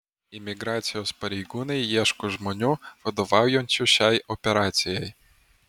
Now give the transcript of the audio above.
imigracijos pareigūnai ieško žmonių vadovaujančių šiai operacijai